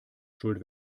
schuld